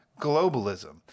globalism